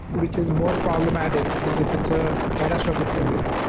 which is more problematic is if it's a catastrophic failure.